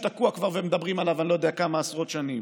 שתקוע כבר ומדברים עליו אני-לא-יודע-כמה עשרות שנים.